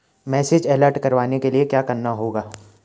Message alert करवाने के लिए क्या करना होगा?